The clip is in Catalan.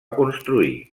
construir